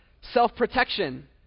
Self-protection